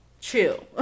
chill